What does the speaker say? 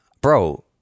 bro